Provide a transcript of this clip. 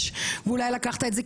ואולי לקחת את זה,